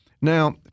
Now